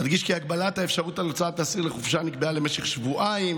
אדגיש כי הגבלת האפשרות על הוצאת אסיר לחופשה נקבעה למשך שבועיים.